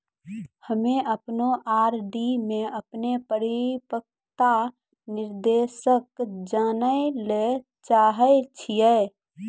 हम्मे अपनो आर.डी मे अपनो परिपक्वता निर्देश जानै ले चाहै छियै